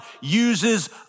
uses